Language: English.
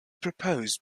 proposed